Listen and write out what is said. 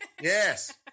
Yes